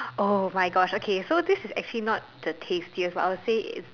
!oh-my-Gosh! okay so this is actually not the tastiest but I would say is